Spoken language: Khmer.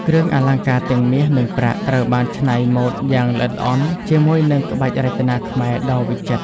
គ្រឿងអលង្ការទាំងមាស និងប្រាក់ ត្រូវបានច្នៃម៉ូដយ៉ាង ល្អិតល្អន់ ជាមួយនឹង ក្បាច់រចនាខ្មែរដ៏វិចិត្រ។